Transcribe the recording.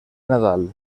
nadal